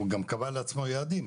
הוא גם קבע לעצמו יעדים,